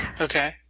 Okay